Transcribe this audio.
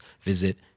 visit